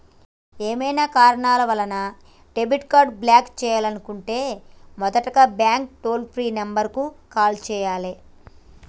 ఏవైనా కారణాల వలన డెబిట్ కార్డ్ని బ్లాక్ చేయాలనుకుంటే మొదటగా బ్యాంక్ టోల్ ఫ్రీ నెంబర్ కు కాల్ చేయాలే